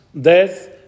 death